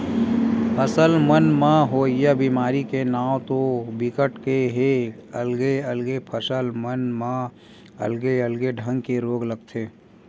फसल मन म होवइया बेमारी के नांव तो बिकट के हे अलगे अलगे फसल मन म अलगे अलगे ढंग के रोग लगथे